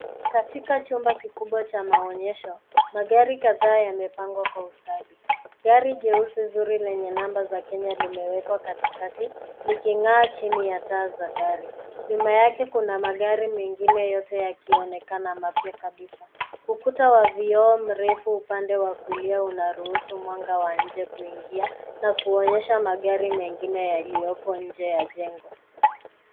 Katika chumba kikubwa cha maonyesho, magari kadhaa yamepangwa kwa ustadi. Gari jeusi zuri lenye namba za kenya limewekwa katikati liking'aa chini ya taa za dari. Nyuma yake kuna magari mengine yote yakionekana mapya kabisa. Ukuta wa vioo mrefu upande wa kulia unaruhusu mwanga wa nje kuingia na kuonyesha magari mengine yaliyopo nje ya jengo.